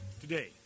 Today